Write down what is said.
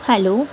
hello